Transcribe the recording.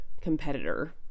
competitor